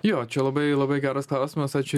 jo čia labai labai geras klausimas ačiū